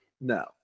No